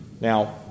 Now